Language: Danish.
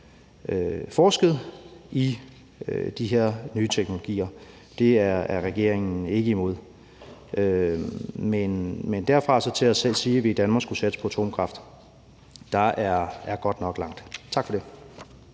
forsket i de her nye teknologier – det er regeringen ikke imod – men derfra og til at sige, at vi i Danmark skulle satse på atomkraft, er der godt nok langt. Tak for det.